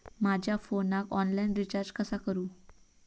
माझ्या फोनाक online recharge कसा करू?